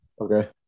Okay